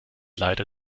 leider